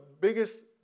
biggest